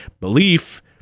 belief